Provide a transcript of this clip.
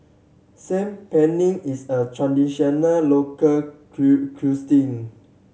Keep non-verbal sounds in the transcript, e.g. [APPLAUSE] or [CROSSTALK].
Saag Paneer is a traditional local [UNINTELLIGIBLE]